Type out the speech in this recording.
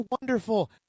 wonderful